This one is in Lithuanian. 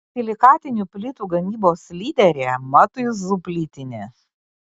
silikatinių plytų gamybos lyderė matuizų plytinė